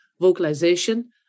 vocalization